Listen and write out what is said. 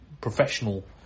professional